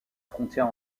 frontière